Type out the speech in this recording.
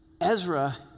Ezra